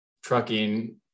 Trucking